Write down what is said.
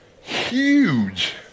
Huge